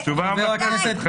חבר הכנסת.